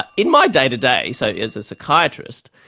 ah in my day-to-day, so as a psychiatrist,